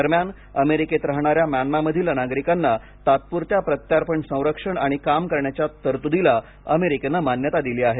दरम्यान अमेरिकेत राहणाऱ्या म्यानमारमधील नागरिकांना तात्पुरत्या प्रत्यार्पण संरक्षण आणि काम करण्याच्या तरतुदीला अमेरिकेने मान्यता दिली आहे